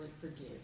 forgive